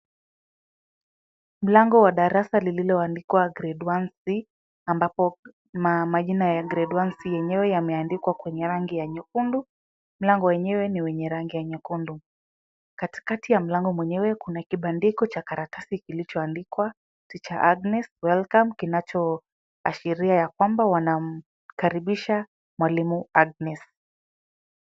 Mlango wa darasa lilioandikwa Grade One C ambapo majina ya Grade One C yenyewe yameandikwa kwenye rangi ya nyekundu. Mlango wenyewe ni wenye rangi ya nyekundu. Katikati ya mlango wenyewe kuna kibandiko cha karatasi kilichoandikwa Teacher Agnes welcome kinachoashiria ya kwamba wanamkaribisha Mwalimu Agnes.